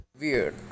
Weird